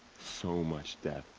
so much death.